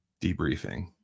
debriefing